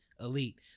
Elite